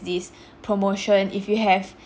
this promotion if you have